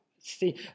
see